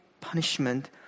punishment